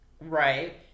Right